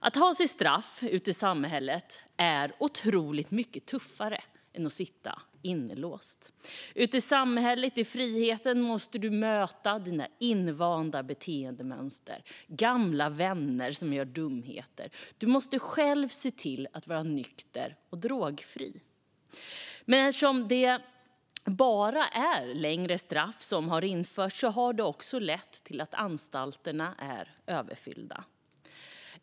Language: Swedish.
Att ha sitt straff ute i samhället är otroligt mycket tuffare än att sitta inlåst. Ute i samhället, i friheten, måste du möta dina invanda beteendemönster och gamla vänner som gör dumheter. Du måste själv se till att vara nykter och drogfri. Men eftersom det bara är längre straff som har införts har det lett till att anstalterna är överfyllda.